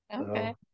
okay